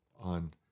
on